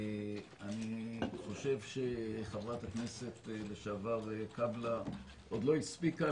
אני חושב שחברת הכנסת לשעבר עינב קאבלה עוד לא הספיקה